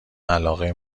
علاقه